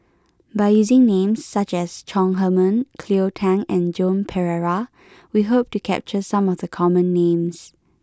by using names such as Chong Heman Cleo Thang and Joan Pereira we hope to capture some of the common names